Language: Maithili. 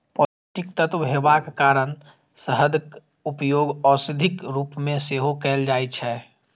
पौष्टिक तत्व हेबाक कारण शहदक उपयोग औषधिक रूप मे सेहो कैल जाइ छै